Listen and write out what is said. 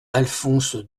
alphonse